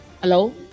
hello